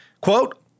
quote